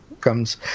comes